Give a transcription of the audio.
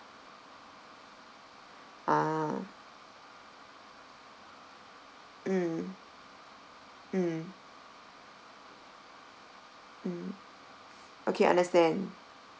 ah mm mm mm okay understand